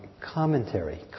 commentary